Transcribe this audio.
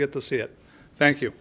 good to see it thank you